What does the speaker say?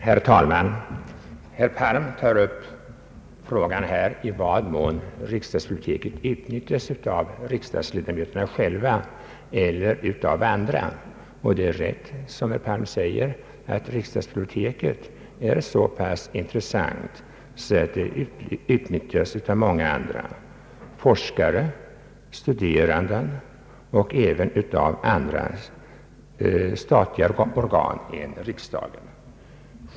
Herr talman! Herr Palm tar upp frågan i vad mån riksdagsbiblioteket utnyttjas av riksdagsledamöterna själva eller av andra. Det är rätt, som herr Palm säger, att riksdagsbiblioteket är så pass intressant, att det utnyttjas av många andra, forskare, studerande, andra statliga organ än riksdagen.